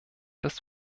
des